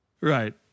Right